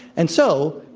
and so,